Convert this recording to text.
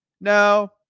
no